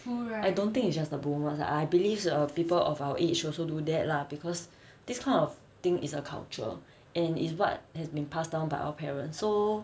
I don't think it's just the boomers lah I believe err people of our age also do that lah because this kind of thing is a culture and it's what has been passed down by our parents so